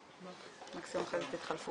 אין מין אנושי בלי סמים וכולנו משתמשים